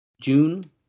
June